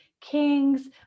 kings